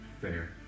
fair